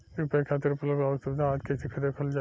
UPI खातिर उपलब्ध आउर सुविधा आदि कइसे देखल जाइ?